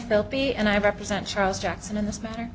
filthy and i represent charles jackson in this matter